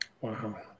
Wow